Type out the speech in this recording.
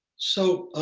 so